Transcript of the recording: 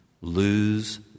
lose